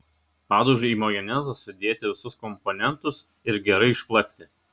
padažui į majonezą sudėti visus komponentus ir gerai išplakti